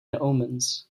omens